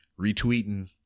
retweeting